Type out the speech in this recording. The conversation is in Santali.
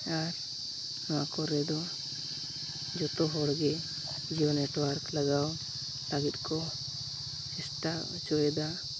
ᱟᱨ ᱱᱚᱣᱟ ᱠᱚᱨᱮᱫᱚ ᱡᱚᱛᱚᱦᱚᱲᱜᱮ ᱡᱤᱭᱳ ᱱᱮᱴᱚᱣᱟᱨᱠ ᱞᱟᱜᱟᱣ ᱞᱟᱹᱜᱤᱫᱠᱚ ᱪᱮᱥᱴᱟ ᱚᱪᱚᱭᱮᱫᱟ